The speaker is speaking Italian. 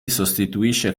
sostituisce